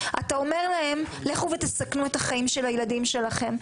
אתה אומר להם לכו ותסכנו את החיים של הילדים שלכם.